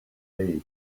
day